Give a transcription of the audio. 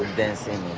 dancing.